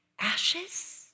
Ashes